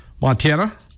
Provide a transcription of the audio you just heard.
Montana